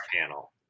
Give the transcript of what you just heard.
panel